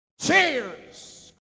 cheers